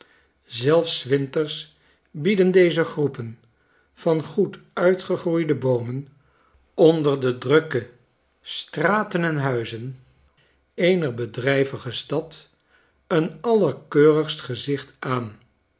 zelfs s winters bieden deze groepen van goed uitgegroeide boomen onder de drukke straten en huizen eener bedrijvige stad een allerkeurigst gezicht aan